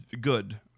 good